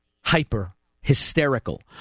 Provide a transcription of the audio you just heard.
hyper-hysterical